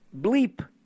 bleep